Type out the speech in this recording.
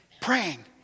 Praying